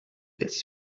des